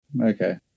okay